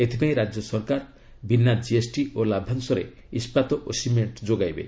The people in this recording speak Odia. ଏଥିପାଇଁ ରାଜ୍ୟ ସରକାର ବିନା କିଏସ୍ଟି ଓ ଲାଭାଂଶରେ ଇସ୍କାତ ଓ ସିମେଣ୍ଟ୍ ଯୋଗାଇବେ